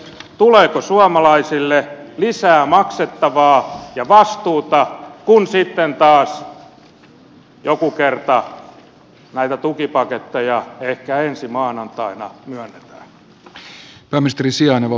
tuleeko suomalaisille lisää maksettavaa ja vastuuta kun sitten taas joku kerta näitä tukipaketteja ehkä ensi maanantaina myönnetään